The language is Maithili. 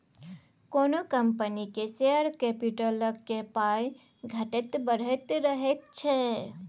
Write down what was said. कोनो कंपनीक शेयर कैपिटलक पाइ घटैत बढ़ैत रहैत छै